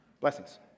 Blessings